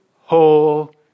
whole